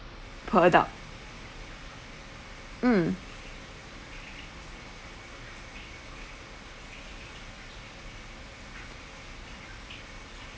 per adult mm